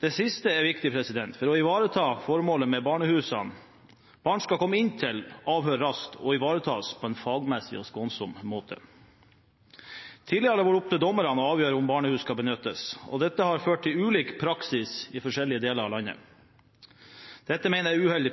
Det siste er viktig for å ivareta formålet med barnehusene. Barn skal komme inn til avhør raskt og ivaretas på en fagmessig og skånsom måte. Tidligere har det vært opp til dommerne å avgjøre om barnehus skal benyttes, og dette har ført til ulik praksis i forskjellige deler av landet. Det mener jeg er uheldig,